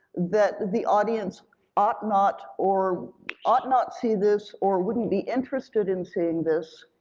that the audience ought not or ought not see this, or wouldn't be interested in seeing this,